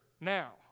now